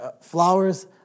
flowers